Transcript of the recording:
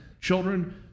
children